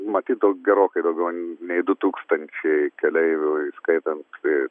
matyt daug gerokai daugiau nei du tūkstančiai keleivių įskaitant ir